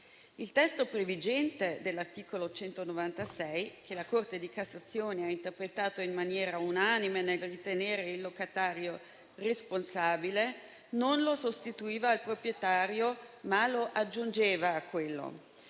Il testo previgente dell'articolo 196, che la Corte di cassazione ha interpretato in maniera unanime nel ritenere il locatario responsabile, non lo sostituiva, ma lo aggiungeva al